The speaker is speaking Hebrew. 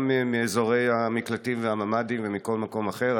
מאזורי המקלטים והממ"דים ומכל מקום אחר.